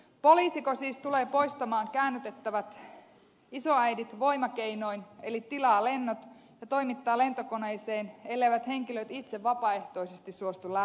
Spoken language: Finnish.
poliisiko siis tulee poistamaan käännytettävät isoäidit voimakeinoin eli tilaa lennot ja toimittaa lentokoneeseen elleivät henkilöt itse vapaaehtoisesti suostu lähtemään